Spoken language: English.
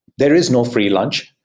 there is no free lunch.